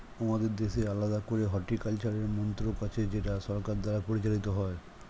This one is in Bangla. আমাদের দেশে আলাদা করে হর্টিকালচারের মন্ত্রক আছে যেটা সরকার দ্বারা পরিচালিত হয়